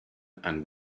and